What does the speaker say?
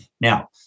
Now